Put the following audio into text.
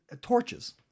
torches